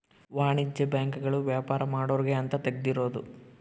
ವಾಣಿಜ್ಯ ಬ್ಯಾಂಕ್ ಗಳು ವ್ಯಾಪಾರ ಮಾಡೊರ್ಗೆ ಅಂತ ತೆಗ್ದಿರೋದು